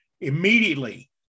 Immediately